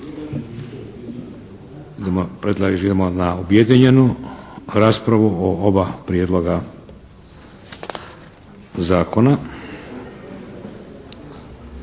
predlažemo objedinjenu raspravu o oba prijedloga zakona.